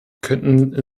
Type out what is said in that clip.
könnten